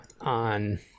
on